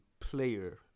player